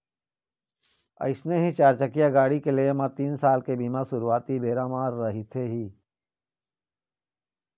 अइसने ही चारचकिया गाड़ी के लेय म तीन साल के बीमा सुरुवाती बेरा म रहिथे ही